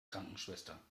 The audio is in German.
krankenschwester